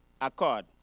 accord